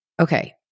Okay